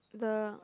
the